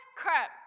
crap